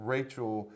Rachel